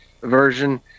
version